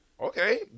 Okay